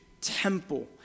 temple